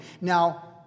Now